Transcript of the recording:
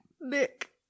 Nick